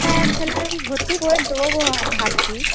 হ্যাঁ ছেলেরে আমি ভর্তি করে দেবো ভা ভাবছি